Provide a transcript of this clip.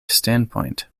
standpoint